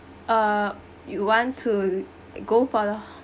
err you want to go for the